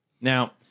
now